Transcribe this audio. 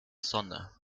sonne